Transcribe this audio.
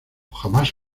jamás